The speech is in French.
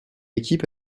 équipe